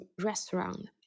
restaurant